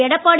Edappadi